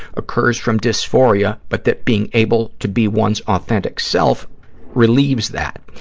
occurs from dysphoria, but that being able to be one's authentic self relieves that.